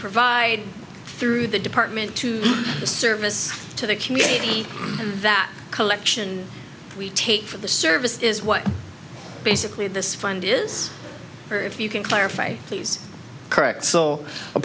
provide through the department to the service to the community that collection we take for the service is what basically this fund is for if you can clarify please correct so